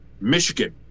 Michigan